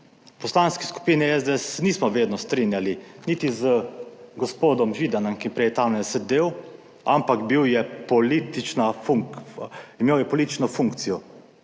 Poslanski skupini SDS se nismo vedno strinjali niti z gospodom Židanom, ki je prej tam sedel, ampak imel je politično funkcijo,